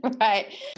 Right